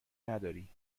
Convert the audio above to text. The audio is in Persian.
نداری